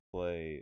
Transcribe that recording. Play